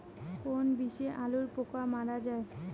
কোন বিষে আলুর পোকা মারা যায়?